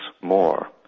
more